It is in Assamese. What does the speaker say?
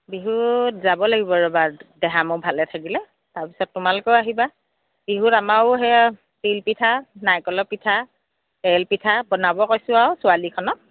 বিহুত যাব লাগিব ৰ'বা দেহা মূৰ ভালে থাকিলে তাৰপিছত তোমালোকেও আহিবা বিহুত আমাৰো সেয়া তিলপিঠা নাৰিকলৰ পিঠা তেল পিঠা বনাব কৈছোঁ আৰু ছোৱালীখনক